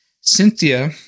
Cynthia